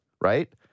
right